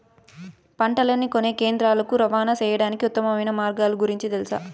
పంటలని కొనే కేంద్రాలు కు రవాణా సేయడానికి ఉత్తమమైన మార్గాల గురించి తెలుసా?